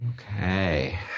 Okay